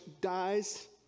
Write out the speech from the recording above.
dies